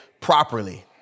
properly